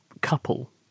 couple